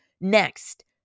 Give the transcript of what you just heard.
Next